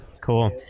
Cool